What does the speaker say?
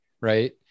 right